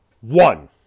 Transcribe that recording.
One